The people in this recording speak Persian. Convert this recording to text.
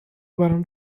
برام